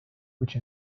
which